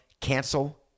cancel